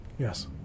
Yes